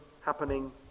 happening